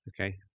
Okay